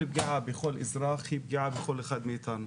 כל פגיעה בכל אזרח היא פגיעה בכל אחד מאיתנו.